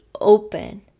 open